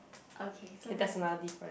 okay so that's the